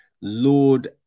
Lord